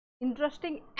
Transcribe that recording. interesting